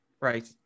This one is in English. right